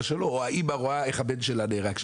שלו או האימא רואה איך הבן שלה נהרג שם.